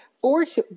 force